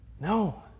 No